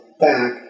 back